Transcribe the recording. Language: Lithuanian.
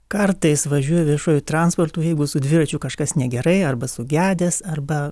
kartais važiuoju viešuoju transportu jeigu su dviračiu kažkas negerai arba sugedęs arba